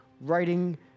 writing